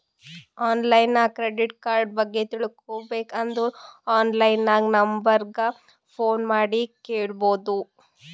online ನಾಗ್ credit card ಬಗ್ಗೆ ತಿಳ್ಕೋಬೇಕ್ ಅಂದುರ್ ಆನ್ಲೈನ್ ನಾಗ್ ನಂಬರ್ ಗ ಫೋನ್ ಮಾಡಿ ಕೇಳ್ಬೋದು